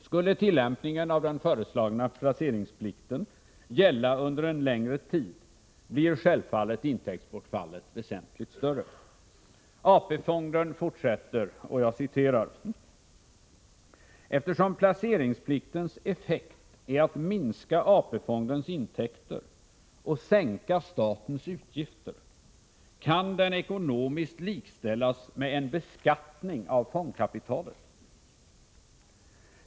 Skulle tillämpningen av den föreslagna placeringsplikten gälla under en längre tid, blir självfallet intäktsbortfallet väsentligt större. AP-fonden skriver följande: ”Eftersom placeringspliktens effekt är att minska AP-fondens intäkter och sänka statens utgifter kan den ekonomiskt likställas med en beskattning av fondkapitalet.